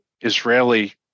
Israeli